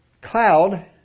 cloud